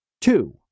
Two